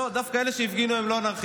לא, דווקא אלה שהפגינו הם לא אנרכיסטים.